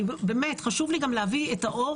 חשוב לי גם להביא את האור